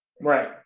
Right